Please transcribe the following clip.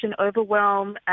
overwhelm